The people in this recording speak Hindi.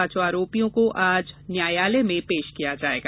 पांचों आरोपियों को आज न्यायालय में पेश किया जायेगा